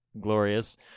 glorious